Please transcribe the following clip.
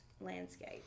landscape